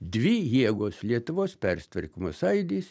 dvi jėgos lietuvos persitvarkymo sąjūdis